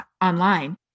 online